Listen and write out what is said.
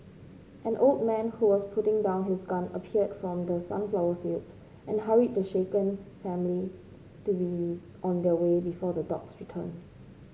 an old man who was putting down his gun appeared from the sunflower fields and hurried the shaken family to be on their way before the dogs return